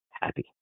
happy